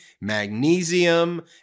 magnesium